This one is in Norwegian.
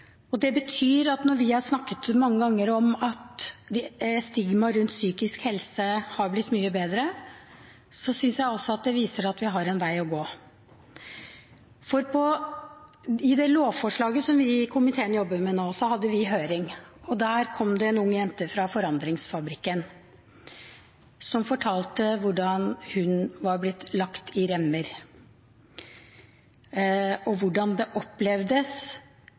Det betyr at når vi har snakket mange ganger om at stigma rundt psykisk helse har blitt mye bedre, synes jeg også det viser at vi har en vei å gå. I forbindelse med det lovforslaget som vi jobber med i komiteen nå, hadde vi høring. Dit kom det en ung jente fra Forandringsfabrikken som fortalte om hvordan hun var blitt lagt i remmer, og hvordan det opplevdes